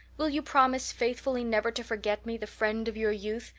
will you promise faithfully never to forget me, the friend of your youth,